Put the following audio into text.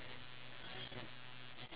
at what thing